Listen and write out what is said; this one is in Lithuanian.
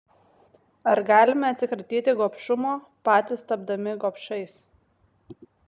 ar galime atsikratyti gobšumo patys tapdami gobšais